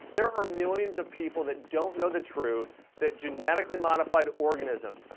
there are millions of people that don't know the truth that genetically modified organisms,